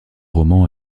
romans